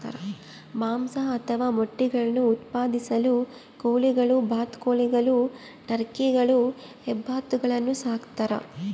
ಮಾಂಸ ಅಥವಾ ಮೊಟ್ಟೆಗುಳ್ನ ಉತ್ಪಾದಿಸಲು ಕೋಳಿಗಳು ಬಾತುಕೋಳಿಗಳು ಟರ್ಕಿಗಳು ಹೆಬ್ಬಾತುಗಳನ್ನು ಸಾಕ್ತಾರ